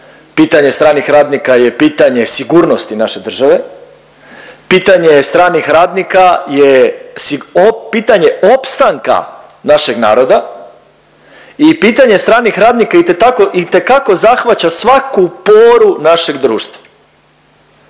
pitanje stranih radnika je pitanje sigurnosti naše države, pitanje stranih radnika je pitanje opstanka našeg naroda i pitanje stranih radnika itekako zahvaća svaku poru našeg društva.